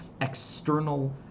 external